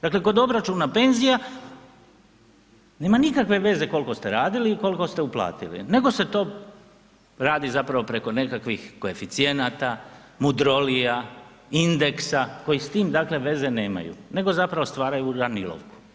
Dakle kod obračuna penzija, nema nikakve veze koliko ste radili i koliko ste uplatili nego se to radi zapravo preko nekakvih koeficijenata, mudrolija, indeksa koji s tim dakle veze nemaju nego zapravo stvaraju uravnilovku.